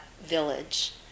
village